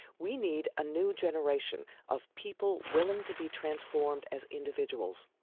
we need a new generation of people willing to be transformed as individuals,